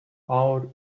out